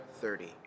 thirty